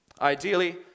Ideally